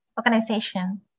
organization